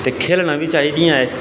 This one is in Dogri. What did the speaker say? ते खेलना बी चाही दियां एह्